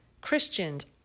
Christians